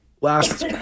last